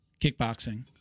kickboxing